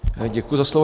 Děkuji za slovo.